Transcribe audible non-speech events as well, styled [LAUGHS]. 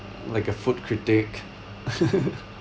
like a food critic [LAUGHS]